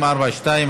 242),